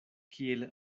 kiel